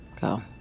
Go